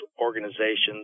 organizations